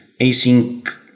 async